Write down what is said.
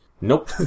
Nope